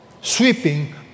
Sweeping